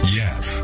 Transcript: yes